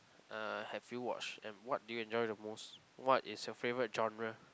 uh have you watched and what do you enjoy the most what is your favourite genre